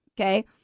okay